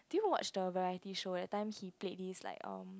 do you watch the variety show that time he played this like um